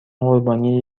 قربانی